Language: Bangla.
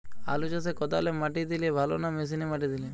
আলু চাষে কদালে মাটি দিলে ভালো না মেশিনে মাটি দিলে?